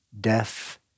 death